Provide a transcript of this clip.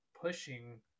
Pushing